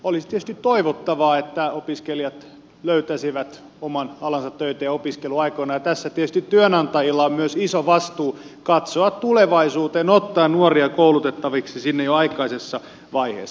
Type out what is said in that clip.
olisi tietysti toivottavaa että opiskelijat löytäisivät oman alansa töitä jo opiskeluaikoina ja tässä tietysti työnantajilla on myös iso vastuu katsoa tulevaisuuteen ottaa nuoria koulutettaviksi sinne jo aikaisessa vaiheessa